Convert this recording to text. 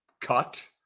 cut –